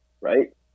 right